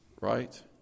right